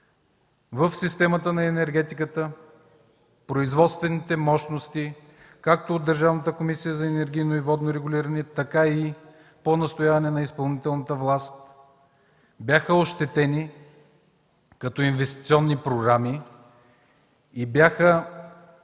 в системата на енергетиката, производствените мощности както от Държавната комисия за енергийно и водно регулиране, така и по настояване на изпълнителната власт бяха ощетени като инвестиционни програми и бяха,